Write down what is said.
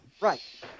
Right